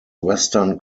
western